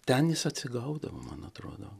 ten jis atsigaudavo man atrodo